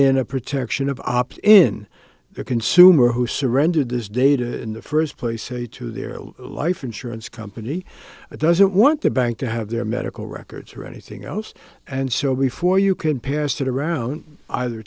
in a protection of opt in the consumer who surrendered this data in the first place say to their life insurance company doesn't want the bank to have their medical records or anything else and so before you can pass it around either